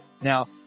Now